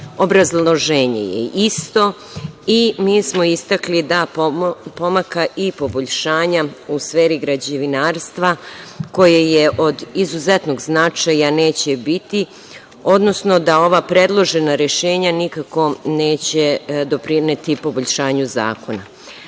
Obrazloženje je isto i mi smo istakli da pomaka i poboljšanja u sferi građevinarstva, koje je od izuzetnog značaja, neće biti, odnosno da ova predložena rešenja nikako neće doprineti poboljšanju zakona. Kao